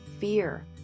fear